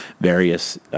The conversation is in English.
various